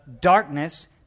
darkness